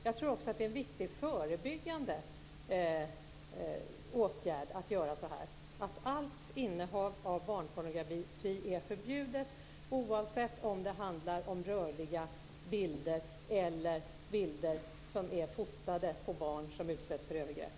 Jag tror också att det är en viktig förebyggande åtgärd att göra på det här viset, att allt innehav av barnpornografi är förbjudet, oavsett om det handlar om rörliga bilder eller fotografier av barn som utsätts för övergrepp.